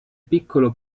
piccolo